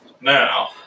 Now